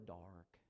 dark